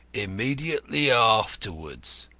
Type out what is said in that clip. immediately afterwards.